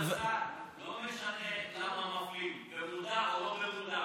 כבוד השר, לא משנה למה מפלים, במודע או לא במודע.